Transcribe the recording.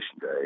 day